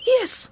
Yes